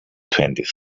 twentieth